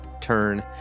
turn